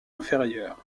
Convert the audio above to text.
inférieur